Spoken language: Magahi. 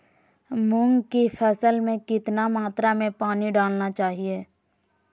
मूंग की फसल में कितना मात्रा में पानी डालना चाहिए?